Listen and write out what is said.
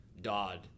Dodd